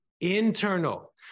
internal